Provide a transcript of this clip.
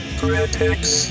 critics